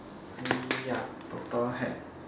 eh ya purple hat